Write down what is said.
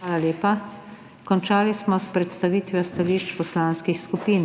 Hvala lepa. Končali smo s predstavitvijo stališč poslanskih skupin.